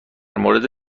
مورد